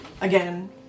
again